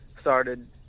started